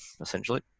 essentially